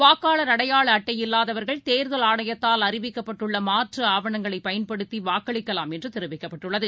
வாக்காளர் அடையாளஅட்டை இல்லாதவர்கள் கேர்கல் ஆணைத்தால் அறிவிக்கப்பட்டுள்ளமாற்றுஆவணங்களைபயன்படுத்திவாக்களிக்கலாம் என்றுதெரிவிக்கப்பட்டுள்ளது